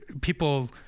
people